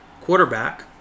quarterback